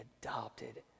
adopted